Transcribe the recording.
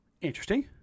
Interesting